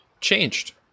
changed